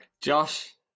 Josh